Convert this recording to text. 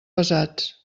pesats